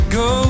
go